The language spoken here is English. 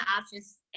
options